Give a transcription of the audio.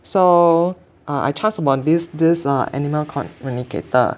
so I chanced upon this this uh animal communicator